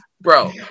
Bro